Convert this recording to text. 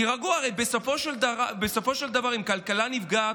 הרי בסופו של דבר אם הכלכלה נפגעת,